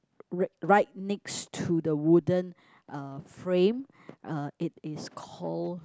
right right next to the wooden uh frame uh it is called